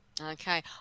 Okay